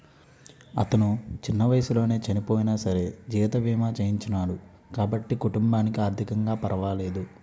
అతను చిన్న వయసులోనే చనియినా సరే జీవిత బీమా చేయించినాడు కాబట్టి కుటుంబానికి ఆర్ధికంగా పరవాలేదు